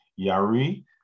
Yari